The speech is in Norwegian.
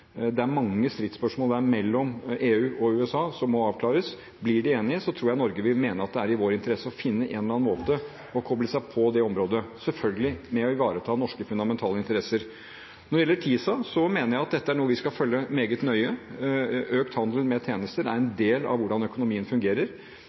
Det er mange stridsspørsmål mellom EU og USA som må avklares. Blir de enige, tror jeg Norge vil mene at det er i vår interesse å finne en eller annen måte å koble seg på det området på, selvfølgelig ved å ivareta norske fundamentale interesser. Når det gjelder TISA, mener jeg dette er noe vi skal følge meget nøye. Økt handel med tjenester er en del av hvordan økonomien fungerer.